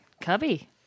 Cubby